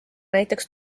näiteks